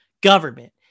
government